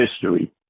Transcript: history